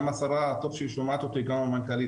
גם השרה יכול להיות שהיא שומעת אותי וגם המנכ"לית,